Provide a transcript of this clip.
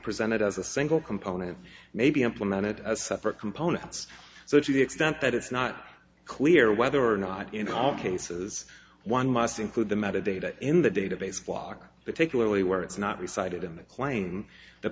presented as a single component may be implemented as separate components so to the extent that it's not clear whether or not in all cases one must include the metadata in the database block particularly where it's not the cited in the claim the